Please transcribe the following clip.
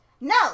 No